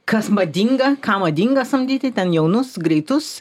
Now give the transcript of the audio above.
kas madinga ką madinga samdyti ten jaunus greitus